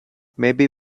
maybe